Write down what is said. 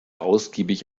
ausgiebig